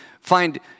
find